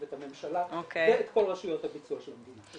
את הממשלה ואת כל רשויות הביצוע של המדינה.